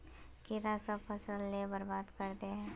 कीड़ा सब फ़सल के बर्बाद कर दे है?